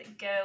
go